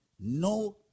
No